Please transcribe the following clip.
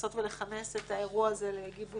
לנסות ולכנס את האירוע הזה לתכנית